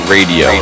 Radio